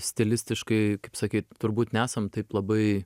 stilistiškai kaip sakyt turbūt nesam taip labai